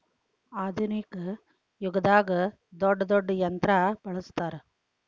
ಆದುನಿಕ ಯುಗದಾಗ ದೊಡ್ಡ ದೊಡ್ಡ ಯಂತ್ರಾ ಬಳಸ್ತಾರ